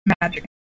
magic